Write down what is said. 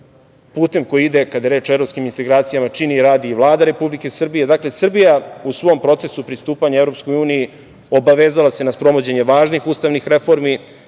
putem koji ide, kada je reč o evropskim integracijama, čini i radi Vlada Republike Srbije. Srbija u svom procesu pristupanja EU obavezala se na sprovođenje važnih ustavnih reformi,